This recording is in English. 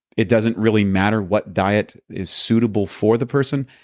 it doesn't really matter what diet is suitable for the person,